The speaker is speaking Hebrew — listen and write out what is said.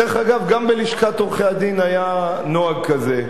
דרך אגב, גם בלשכת עורכי-הדין היה נוהג כזה.